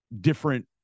different